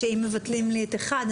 שאם מבטלים לי את אחד,